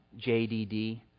JDD